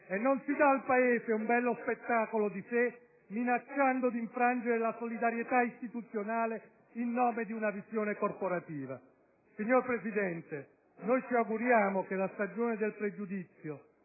e non si dà al Paese un bello spettacolo di sé minacciando di infrangere la solidarietà istituzionale in nome di una visione corporativa. Signor Presidente, noi ci auguriamo che la stagione del pregiudizio,